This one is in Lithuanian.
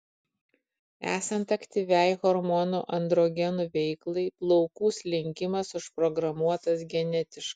esant aktyviai hormonų androgenų veiklai plaukų slinkimas užprogramuotas genetiškai